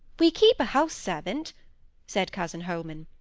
we keep a house-servant said cousin holman,